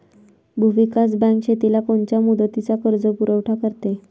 भूविकास बँक शेतीला कोनच्या मुदतीचा कर्जपुरवठा करते?